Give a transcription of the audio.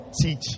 teach